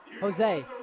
Jose